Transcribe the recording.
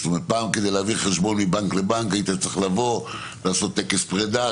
פעם כדי להעביר חשבון מבנק לבנק היית צריך לבוא ולעשות "טקס פרידה",